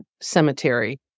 cemetery